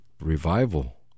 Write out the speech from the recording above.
revival